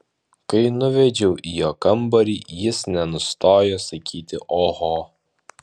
kai nuvedžiau į jo kambarį jis nenustojo sakyti oho